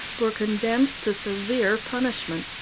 were condemned to severe punishment.